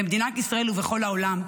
למדינת ישראל ולכל העולם,